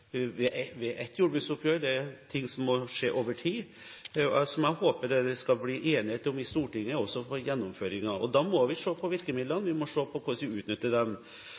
ved ett jordbruksoppgjør; dette er ting som må skje over tid, og som jeg håper det skal bli enighet om i Stortinget, også om gjennomføringen. Da må vi se på virkemidlene og se på hvordan vi utnytter dem.